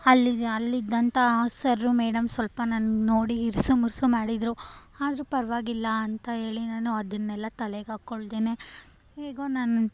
ಅಲ್ಲಿಗೆ ಅಲ್ಲಿದ್ದಂಥ sir madam ಸ್ವಲ್ಪ ನನ್ನ ನೋಡಿ ಇರಿಸು ಮುರಿಸು ಮಾಡಿದರೂ ಆದರೂ ಪರವಾಗಿಲ್ಲ ಅಂತ ಹೇಳಿ ನಾನು ಅದನ್ನೆಲ್ಲಾ ತಲೆಗೆ ಹಾಕೊಳ್ದೇನೆ ಹೇಗೋ ನಾನು